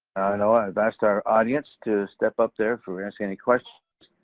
know, i've asked our audience to step up there for asking any questions.